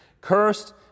Cursed